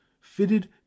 fitted